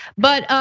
but, ah